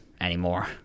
anymore